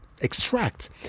extract